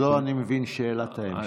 זו, אני מבין, שאלת ההמשך.